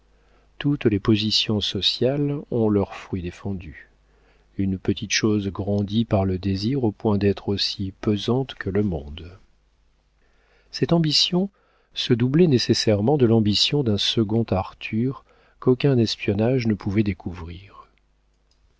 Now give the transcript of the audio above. toutes les positions sociales ont leur fruit défendu une petite chose grandie par le désir au point d'être aussi pesante que le monde cette ambition se doublait nécessairement de l'ambition d'un second arthur qu'aucun espionnage ne pouvait découvrir